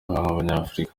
nk’abanyafurika